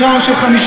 מקורב לשר